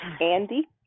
Andy